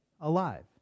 alive